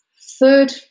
third